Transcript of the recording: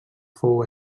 fou